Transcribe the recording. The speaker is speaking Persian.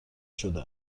شده